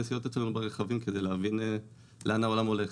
נסיעות ברכבים כדי להבין לאן העולם הולך.